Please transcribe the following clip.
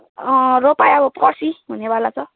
अँ रोपाइँ अब पर्सि हुनेवाला छ